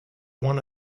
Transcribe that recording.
one